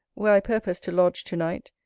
where i purpose to lodge to-night,